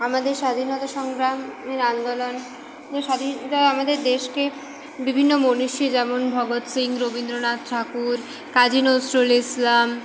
আমাদের স্বাধীনতা সংগ্রামের আন্দোলন এই স্বাধীনতায় আমাদের দেশকে বিভিন্ন মনীষী যেমন ভগত সিং রবীন্দ্রনাথ ঠাকুর কাজি নজরুল ইসলাম